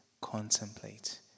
contemplate